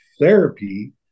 therapy